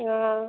यहाँ